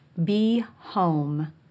behome